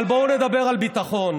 אבל בואו נדבר על ביטחון.